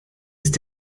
ist